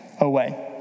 away